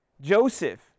Joseph